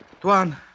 Tuan